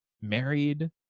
married